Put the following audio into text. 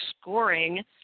scoring